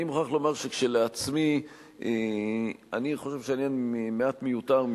אני מוכרח לומר שכשלעצמי אני חושב שהעניין מעט מיותר,